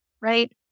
Right